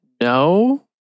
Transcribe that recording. no